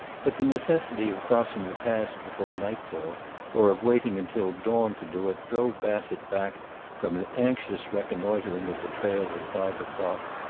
but the necessity of crossing the pass before nightfall or of waiting until dawn to do it drove bassett back from an anxious reconnoitering of the trail at five o'clock,